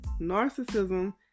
Narcissism